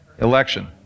election